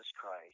Christ